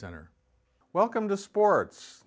center welcome to sports